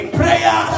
prayer